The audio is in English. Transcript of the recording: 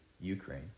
Ukraine